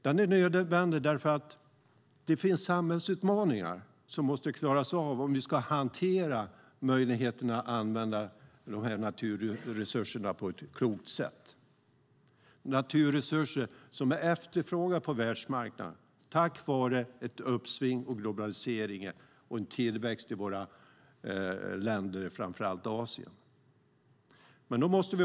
Den är nödvändig därför att det finns samhällsutmaningar som måste klaras av om vi ska hantera möjligheterna att använda naturresurserna på ett klokt sätt. Det är naturresurser som är efterfrågade på världsmarknaden tack vare ett uppsving i globaliseringen och en tillväxt i framför allt Asien.